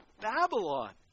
Babylon